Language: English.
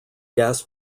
gas